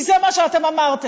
כי זה מה שאתם אמרתם.